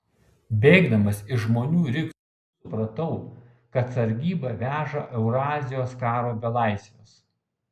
bėgdamas iš žmonių riksmų suprato kad sargyba veža eurazijos karo belaisvius